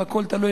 והכול תלוי,